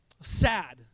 sad